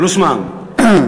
פלוס מע"מ.